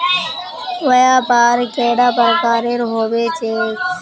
व्यापार कैडा प्रकारेर होबे चेक?